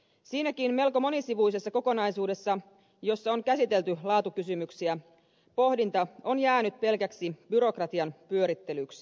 siinäkin melko monisivuisessa kokonaisuudessa jossa on käsitelty laatukysymyksiä pohdinta on jäänyt pelkäksi byrokratian pyörittelyksi